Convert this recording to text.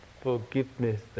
forgiveness